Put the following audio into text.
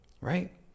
Right